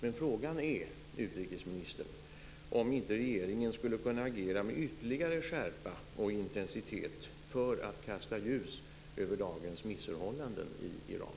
Men frågan är, utrikesministern, om inte regeringen skulle kunna agera med ytterligare skärpa och intensitet för att kasta ljus över dagens missförhållanden i Iran.